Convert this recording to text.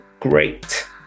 Great